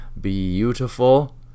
beautiful